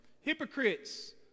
hypocrites